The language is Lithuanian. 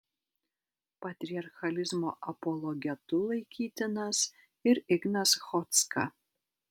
patriarchalizmo apologetu laikytinas ir ignas chodzka